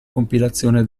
compilazione